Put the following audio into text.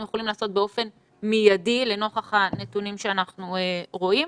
יכולים לעשות באופן מידי לנוכח הנתונים שאנחנו רואים.